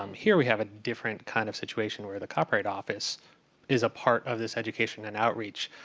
um here, we have a different kind of situation, where the copyright office is a part of this education and outreach.